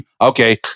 Okay